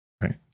Right